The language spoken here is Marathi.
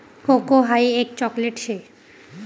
कोको हाई एक चॉकलेट शे